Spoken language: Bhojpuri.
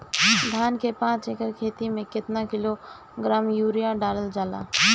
धान के पाँच एकड़ खेती में केतना किलोग्राम यूरिया डालल जाला?